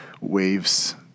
waves